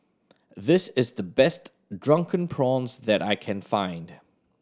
this is the best Drunken Prawns that I can find